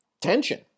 Tension